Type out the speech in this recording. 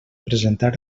presentar